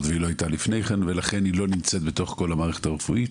לסל ולא הייתה לפני כן ולכן היא לא נמצאת במערכת הרפואית.